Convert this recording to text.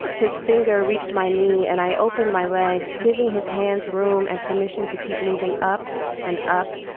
his finger reached my knee. and i opened my legs, giving his hands room and permission to keep moving up and up.